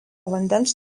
vandens